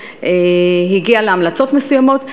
הגיע להמלצות מסוימות.